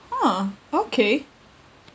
oh okay